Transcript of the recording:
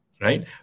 Right